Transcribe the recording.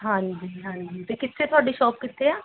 ਹਾਂਜੀ ਹਾਂਜੀ ਅਤੇ ਕਿੱਥੇ ਤੁਹਾਡੀ ਸ਼ੋਪ ਕਿੱਥੇ ਆ